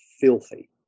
filthy